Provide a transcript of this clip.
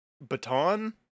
baton